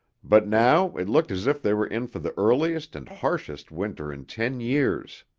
but now it looked as if they were in for the earliest and harshest winter in ten years.